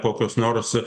kokius nors